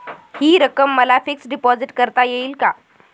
हि रक्कम मला फिक्स डिपॉझिट करता येईल का?